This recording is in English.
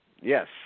Yes